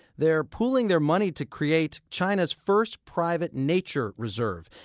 they're pooling their money to create china's first private nature reserve.